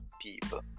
people